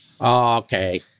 okay